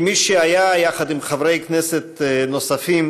כמי שהיה, יחד עם חברי כנסת נוספים,